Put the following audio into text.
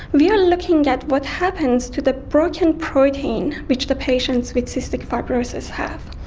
we are looking at what happens to the broken protein which the patients with cystic fibrosis have.